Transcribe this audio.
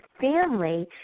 family